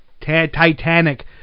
Titanic